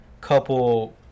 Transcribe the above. couple